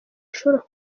ashobora